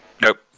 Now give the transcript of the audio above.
Nope